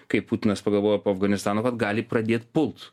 kaip putinas pagalvojo po afganistano kad gali pradėt pult